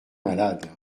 malade